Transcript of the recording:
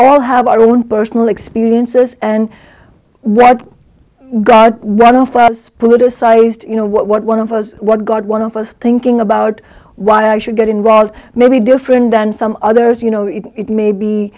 all have our own personal experiences and what one of us politicized you know what one of us what got one of us thinking about why i should get involved may be different than some others you know it may be